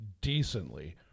decently